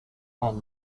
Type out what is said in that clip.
and